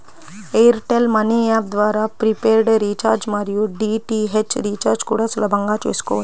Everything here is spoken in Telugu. ఎయిర్ టెల్ మనీ యాప్ ద్వారా ప్రీపెయిడ్ రీచార్జి మరియు డీ.టీ.హెచ్ రీచార్జి కూడా సులభంగా చేసుకోవచ్చు